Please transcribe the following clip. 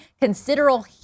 considerable